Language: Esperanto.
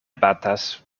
batas